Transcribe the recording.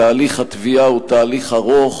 תהליך התביעה הוא תהליך ארוך,